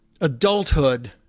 adulthood